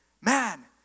man